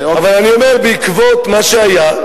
בעקבות מה שהיה,